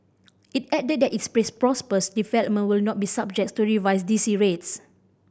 it added that its development will not be subject to revised D C rates